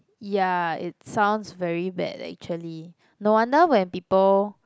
ya it sounds very bad actually no wonder when people